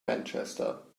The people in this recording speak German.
manchester